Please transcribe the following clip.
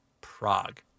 Prague